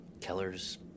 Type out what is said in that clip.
Keller's